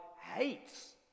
hates